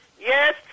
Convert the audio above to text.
Yes